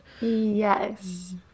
Yes